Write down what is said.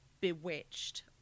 bewitched